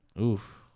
Oof